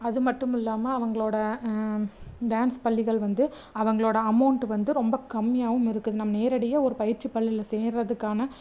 அது மட்டும் இல்லாமல் அவங்களோட டான்ஸ் பள்ளிகள் வந்து அவங்களோட அமௌண்ட்டு வந்து ரொம்ப கம்மியாகவும் இருக்குது நம்ம நேரடியாக ஒரு பயிற்சி பள்ளியில் சேர்கிறதுக்கான